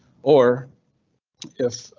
or if,